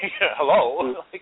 hello